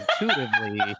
intuitively